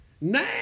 Now